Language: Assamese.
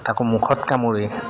তাকো মুখত কামুৰি